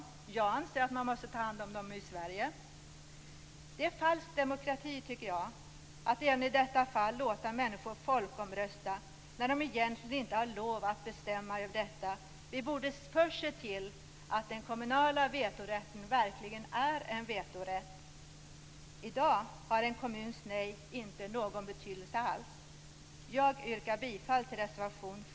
Jag anser att man måste ta hand om dem i Sverige. Det är falsk demokrati, tycker jag, att även i detta fall låta människor folkomrösta när de egentligen inte har lov att bestämma över detta. Vi borde först se till att den kommunala vetorätten verkligen är en vetorätt. I dag har en kommuns nej inte någon betydelse alls.